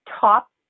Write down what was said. top